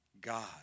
God